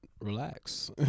relax